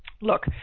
Look